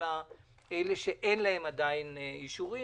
שאין להם עדיין אישורים.